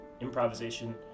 improvisation